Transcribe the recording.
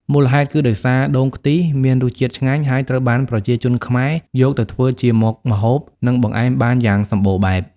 មូលហេតុគឺដោយសារដូងខ្ទិះមានរសជាតិឆ្ងាញ់ ហើយត្រូវបានប្រជាជនខ្មែរយកទៅធ្វើជាមុខម្ហូប និងបង្អែមបានយ៉ាងសម្បូរបែប។